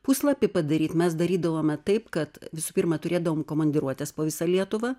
puslapį padaryt mes darydavome taip kad visų pirma turėdavom komandiruotes po visą lietuvą